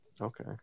Okay